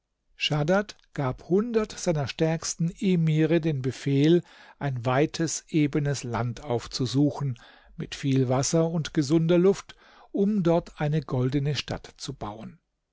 schaddad gab hundert seiner stärksten emire den befehl ein weites ebenes land aufzusuchen mit viel wasser und gesunder luft um dort eine goldene stadt zu bauen